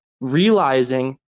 realizing